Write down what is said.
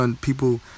People